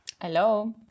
Hello